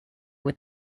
with